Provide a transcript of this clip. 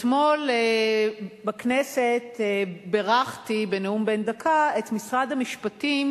אתמול בנאום בן דקה בכנסת בירכתי את משרד המשפטים